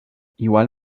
igual